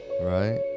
Right